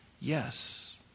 Yes